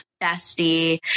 bestie